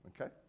okay